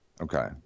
Okay